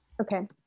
Okay